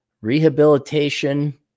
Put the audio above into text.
Rehabilitation